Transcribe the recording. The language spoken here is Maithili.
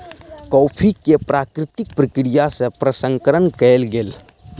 कॉफ़ी के प्राकृतिक प्रक्रिया सँ प्रसंस्करण कयल गेल